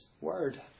word